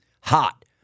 hot